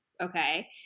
okay